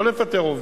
לא לפטר עובדים.